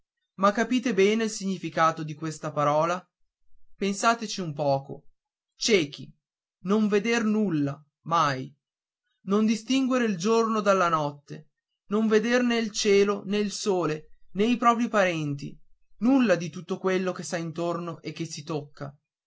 ma capite bene il significato di quella parola pensateci un poco ciechi non veder nulla mai non distinguere il giorno dalla notte non veder né il cielo né il sole né i propri parenti nulla di tutto quello che s'ha intorno e che si tocca